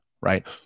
right